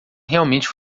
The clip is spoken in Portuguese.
realmente